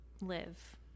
live